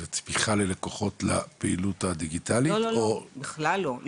זה תמיכה ללקוחות לפעילות הדיגיטלית או- -- לא בכלל לא,